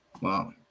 Wow